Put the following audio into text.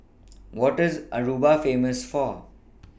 What IS Aruba Famous For